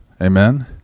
Amen